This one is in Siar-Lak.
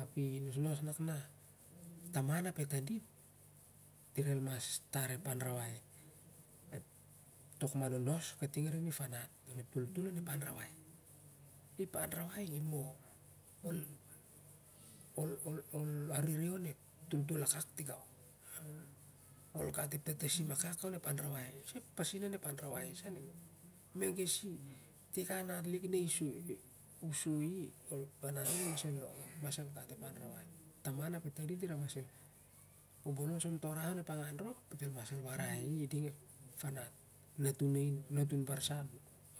Ap nosno nang na taman ap eh tandit dirai ones tar ep an rawai tok ma nonos kating rinep fanat toltol onep anrawai. Ip anrawai moh ol ol ol arere onep totol akak tigan ol gat ep tatasim akak onep an raipai isah pasen onep an rawai sah ning meges i tik ah mat lik nu soi i ah nat lik el mas long el mas gat ep anrawi. Taman eh tandit diral mas bobols on to val diva mas warai ding ep fanat, natun ain natun barsan